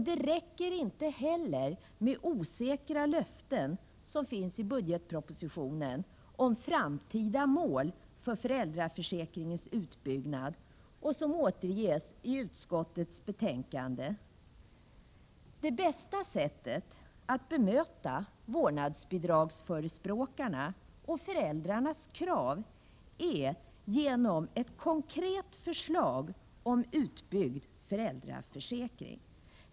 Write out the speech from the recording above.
Det räcker inte heller med osäkra löften om framtida mål för föräldraförsäkringens utbyggnad som framförs i budgetpropositionen och som återges i utskottets betänkande. Det bästa sättet att bemöta vårdnadsbidragsförespråkarna och föräldrarnas krav är ett konkret förslag om utbyggnad av föräldraförsäkringen.